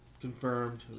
confirmed